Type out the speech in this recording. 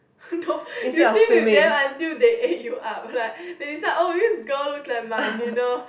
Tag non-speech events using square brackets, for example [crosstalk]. [laughs] no you swim with them until they ate you up like they decide oh this girl looks like my dinner